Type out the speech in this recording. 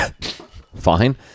Fine